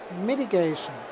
mitigation